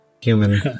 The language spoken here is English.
human